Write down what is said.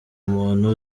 umuntu